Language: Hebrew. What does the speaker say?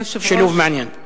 שילוב מעניין.